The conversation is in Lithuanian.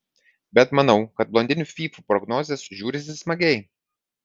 bet manau kad blondinių fyfų prognozės žiūrisi smagiai